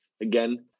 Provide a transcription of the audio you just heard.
again